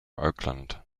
oakland